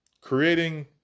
creating